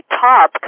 top